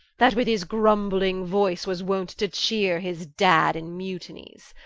that with his grumbling voyce was wont to cheare his dad in mutinies?